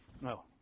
No